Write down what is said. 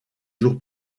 jours